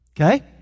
Okay